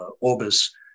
Orbis